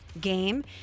game